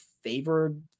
favored